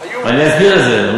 אני אסביר את זה.